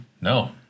no